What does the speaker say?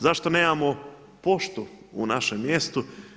Zašto nemao poštu u našem mjestu?